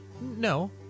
No